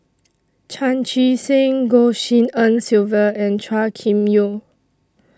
Chan Chee Seng Goh Tshin En Sylvia and Chua Kim Yeow